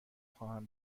خواهم